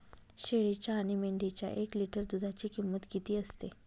शेळीच्या आणि मेंढीच्या एक लिटर दूधाची किंमत किती असते?